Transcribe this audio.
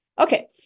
Okay